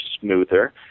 smoother